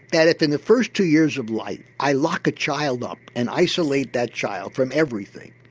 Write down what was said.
that if in the first two years of life i lock a child up and isolate that child from everything,